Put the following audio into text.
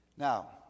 Now